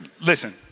Listen